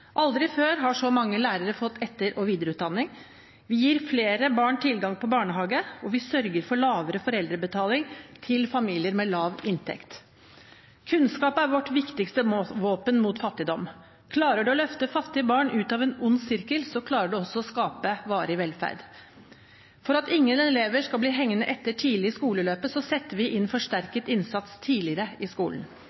Aldri før har så mange lærere fått etter- og videreutdanning. Vi gir flere barn tilgang på barnehage, og vi sørger for lavere foreldrebetaling for familier med lav inntekt. Kunnskap er vårt viktigste våpen mot fattigdom. Klarer man å løfte fattige barn ut av en ond sirkel, klarer man også å skape varig velferd. For at ingen elever skal bli hengende etter tidlig i skoleløpet, setter vi inn